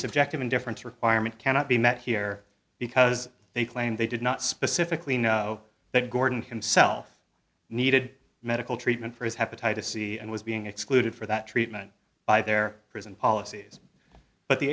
subjective indifference requirement cannot be met here because they claim they did not specifically know that gordon himself needed medical treatment for his hepatitis c and was being excluded for that treatment by their prison policies but the